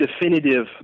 definitive